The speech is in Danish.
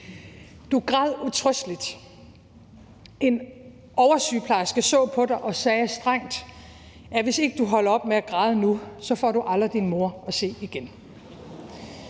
du græd utrøsteligt; en oversygeplejerske så strengt på dig og sagde: Hvis du ikke holder op med at græde nu, får du aldrig din mor at se igen.